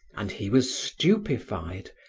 and he was stupefied,